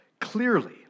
clearly